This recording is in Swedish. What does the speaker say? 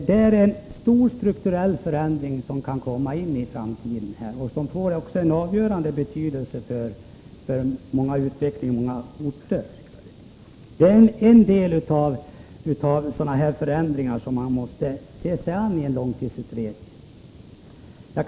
Det är en stor strukturell förändring som kan komma i fråga i framtiden och som får avgörande betydelse för utvecklingen på många orter. Detta är en av de många förändringar som man måste se på i en långtidsutredning.